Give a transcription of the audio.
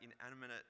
inanimate